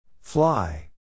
Fly